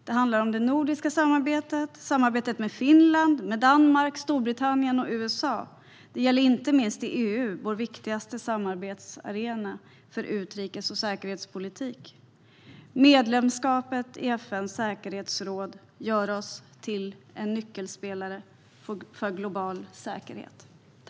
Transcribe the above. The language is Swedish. Det handlar om det nordiska samarbetet och samarbetet med Finland, Danmark, Storbritannien och USA. Det gäller inte minst samarbetet i EU, vår viktigaste samarbetsarena för utrikes och säkerhetspolitik. Medlemskapet i FN:s säkerhetsråd gör oss till en nyckelspelare för global säkerhet.